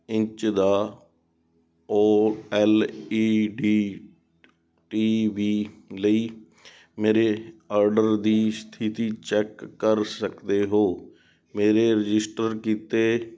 inch ਦਾ O L E D T V ਲਈ ਮੇਰੇ ਆਰਡਰ ਦੀ ਸਥਿਤੀ ਚੈੱਕ ਕਰ ਸਕਦੇ ਹੋ ਮੇਰੇ ਰਜਿਸਟਰ ਕੀਤੇ